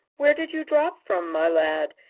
where did you drop from, my lad?